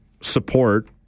support